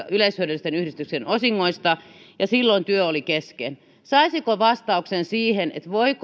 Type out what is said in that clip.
yleishyödyllisten yhdistysten osingoista ja silloin työ oli kesken saisinko vastauksen siihen